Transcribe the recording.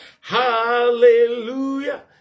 Hallelujah